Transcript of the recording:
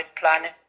planet